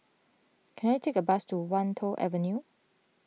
can I take a bus to Wan Tho Avenue